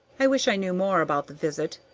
i wish i knew more about the visit.